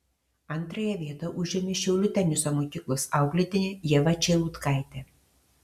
antrąją vietą užėmė šiaulių teniso mokyklos auklėtinė ieva čeilutkaitė